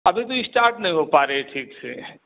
अभी भी इस्टार्ट नहीं हो पा रही है ठीक से